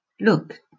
look